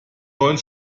neun